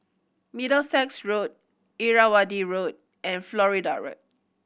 Middlesex Road Irrawaddy Road and Florida Road